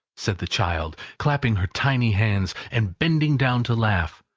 said the child, clapping her tiny hands, and bending down to laugh.